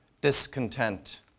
discontent